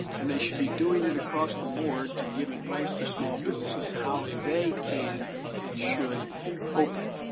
and they should be doing it across the board to give advice to small businesses how they can and should open.